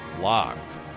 Locked